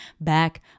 back